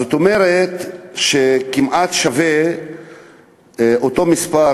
זאת אומרת שיש אותו מספר